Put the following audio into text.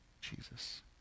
Jesus